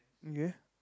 okay